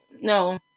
no